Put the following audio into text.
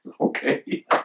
Okay